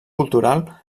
cultural